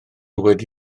wedi